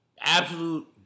Absolute